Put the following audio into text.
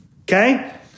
Okay